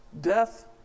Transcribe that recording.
Death